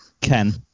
Ken